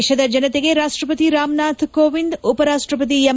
ದೇಶದ ಜನತೆಗೆ ರಾಷ್ಟಪತಿ ರಾಮನಾಥ್ ಕೋವಿಂದ್ ಉಪರಾಷ್ಟಪತಿ ಎಂ